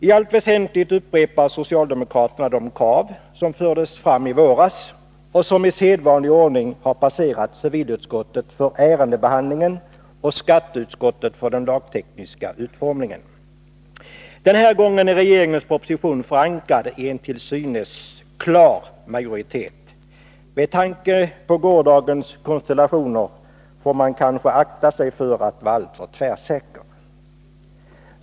I allt väsentligt upprepar socialdemokraterna de krav som fördes fram i våras och som i sedvanlig ordning har passerat civilutskottet för ärendebehandlingen och skatteutskottet för den lagtekniska utformningen. Den här gången är regeringens proposition förankrad i en till synes klar majoritet. Med tanke på gårdagens konstellationer får man kanske akta sig för att vara alltför tvärsäker.